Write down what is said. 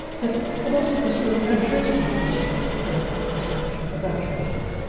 that philosophers were addressing issues about misfortune, about tragedy,